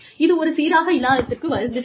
இது ஒரே சீராக இல்லாததற்கு வருந்துகிறேன்